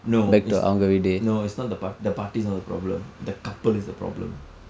no it's no it's not about the paatti the paatti is not the problem the couple is the problem